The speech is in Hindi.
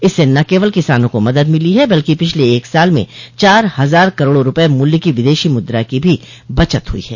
इससे न केवल किसानों को मदद मिली है बल्कि पिछले एक साल में चार हजार करोड़ रुपये मूल्य की विदेशी मुद्रा की भी बचत हुई है